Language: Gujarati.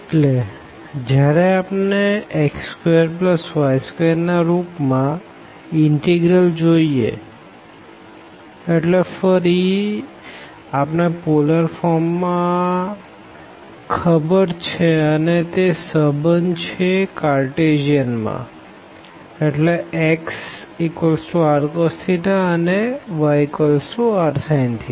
એટલેજયારે આપણે x2y2 ના રૂપ માં ઇનટીગ્રલ જોઈએ એટલે ફરીઆપણે પોલર ફોર્મ માં ખબર છે અને તે સંબંધ છે કાઅર્તેસિયન માં xrcos and yrsin